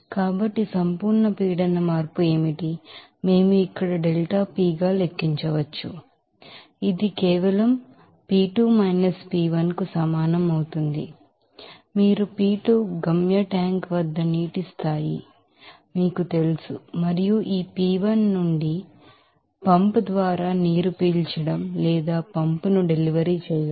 కాబట్టి absolute pressure change ఏమిటి మేము ఇక్కడ డెల్టా పి గా లెక్కించవచ్చు కాబట్టి అది కేవలం P2 P1 కు సమానం అవుతుంది ఇది మీరుP2 గమ్య ట్యాంక్ వద్ద నీటి స్థాయి మీకు తెలుసు మరియు ఈ P1 నుండి ఈ పంప్ ద్వారా నీరు పీల్చడం లేదా ఆ పంప్ ను డెలివరీ చేయడం